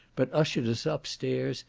but ushered us up stairs,